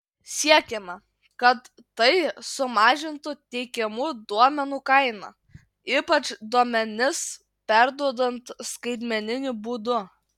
siekiama kad tai sumažintų teikiamų duomenų kainą ypač duomenis perduodant skaitmeniniu būdu